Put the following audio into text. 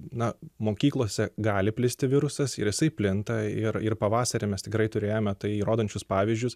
na mokyklose gali plisti virusas ir jisai plinta ir ir pavasarį mes tikrai turėjome tai įrodančius pavyzdžius